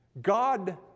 God